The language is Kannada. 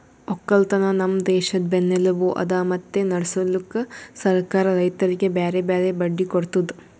ಒಕ್ಕಲತನ ನಮ್ ದೇಶದ್ ಬೆನ್ನೆಲುಬು ಅದಾ ಮತ್ತೆ ನಡುಸ್ಲುಕ್ ಸರ್ಕಾರ ರೈತರಿಗಿ ಬ್ಯಾರೆ ಬ್ಯಾರೆ ಬಡ್ಡಿ ಕೊಡ್ತುದ್